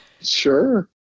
Sure